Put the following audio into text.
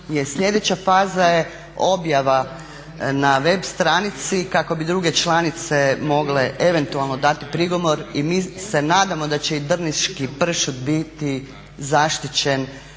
Slijedeća faza je objava na web stranici kako bi druge članice mogle eventualno dati prigovor i mi se nadamo da će i drniški pršut biti zaštićen